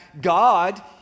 God